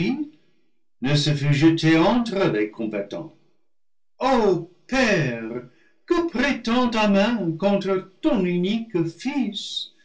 ne se fût jetée entre les combattants ô père que prétend ta main contre ton unique fils